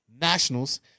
Nationals